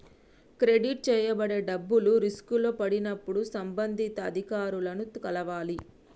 credit చేయబడే డబ్బులు రిస్కులో పడినప్పుడు సంబంధిత అధికారులను కలవాలి